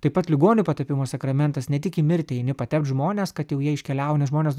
taip pat ligonių patepimo sakramentas ne tik į mirtį eini patept žmones kad jau jie iškeliauna nes žmonės